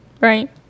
right